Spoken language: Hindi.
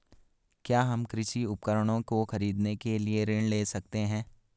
क्या हम कृषि उपकरणों को खरीदने के लिए ऋण ले सकते हैं?